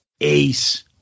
Ace